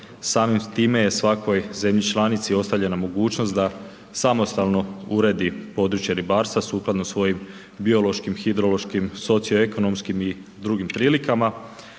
samim time je svakoj zemlji članici ostavljena mogućnost da samostalno uredi područje ribarstva sukladno svojim biološkim, hidrološkim, socioekonomskim i drugim prilikama.